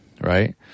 right